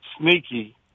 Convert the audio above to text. sneaky –